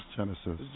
Genesis